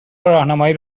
راهنمایی